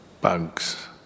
bugs